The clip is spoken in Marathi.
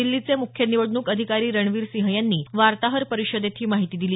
दिल्लीचे मुख्य निवडणूक अधिकारी रणवीर सिंह यांनी वार्ताहर परिषदेत ही माहिती दिली